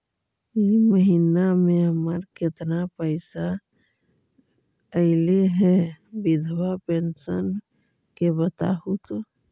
इ महिना मे हमर केतना पैसा ऐले हे बिधबा पेंसन के बताहु तो?